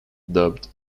dubbed